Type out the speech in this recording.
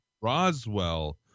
Roswell